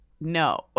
no